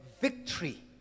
victory